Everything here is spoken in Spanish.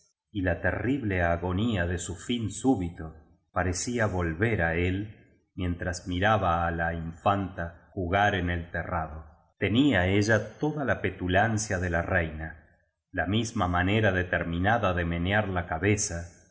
y la terrible agonía de su fin súbito parecía volver á él mientras miraba á la infanta jugar en el terrado tenía ella toda la petulancia de la reina la misma manera determi nada de menear la cabeza